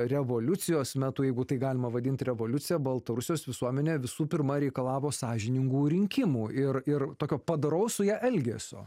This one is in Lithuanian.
revoliucijos metu jeigu tai galima vadint revoliucija baltarusijos visuomenė visų pirma reikalavo sąžiningų rinkimų ir ir tokio padoraus su ja elgesio